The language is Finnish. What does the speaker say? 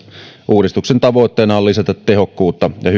uudistuksen tavoitteena on lisätä tehokkuutta ja